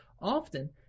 often